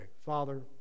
Father